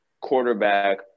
quarterback